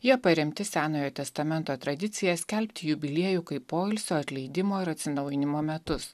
jie paremti senojo testamento tradicija skelbti jubiliejų kaip poilsio atleidimo ir atsinaujinimo metus